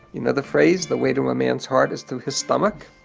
you know the phrase the way to man's heart is through his stomach.